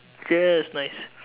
just nice